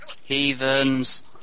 Heathens